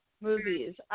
movies